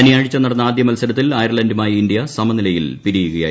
ശനിയാഴ്ച നടന്ന ആദ്യുക മത്സരത്തിൽ അയർലന്റുമായി ഇന്ത്യ സമനിലയിൽ പിരിയുകയായിരുന്നു